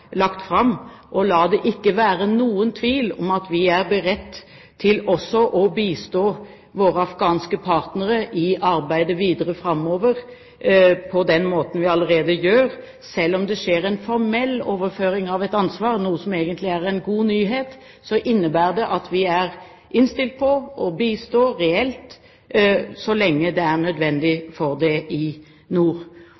Og la det ikke være noen tvil om at vi er beredt til også å bistå våre afghanske partnere i arbeidet videre framover på den måten vi allerede gjør. Selv om det skjer en formell overføring av et ansvar, noe som egentlig er en god nyhet, innebærer det at vi er innstilt på å bistå reelt i nord så lenge det er nødvendig.